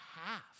half